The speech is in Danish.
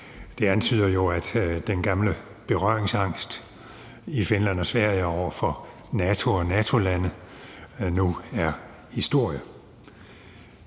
det antyder jo, at den gamle berøringsangst i Finland og Sverige over for NATO og NATO-landene nu er historie.